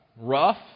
rough